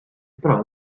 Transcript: però